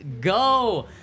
go